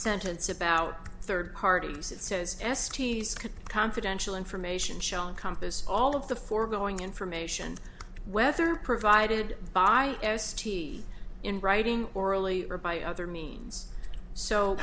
sentence about third parties it says s t's confidential information shown compass all of the foregoing information whether provided by s t in writing orally or by other means so